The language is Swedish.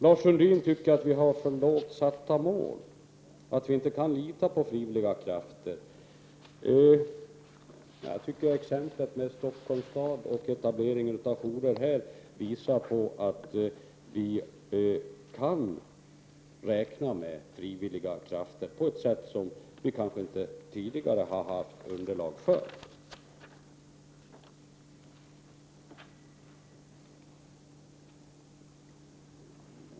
Lars Sundin tycker att vi har för lågt satta mål, att vi inte kan lita på frivilliga krafter. Jag tycker att exemplet med Stockholms stad och etablering av jourer där visar att vi kan räkna med frivilliga krafter på ett sätt som vi kanske inte tidigare har haft underlag för.